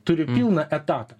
turi pilną etatą